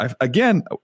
Again